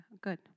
Good